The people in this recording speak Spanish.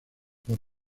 por